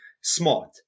smart